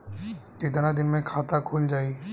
कितना दिन मे खाता खुल जाई?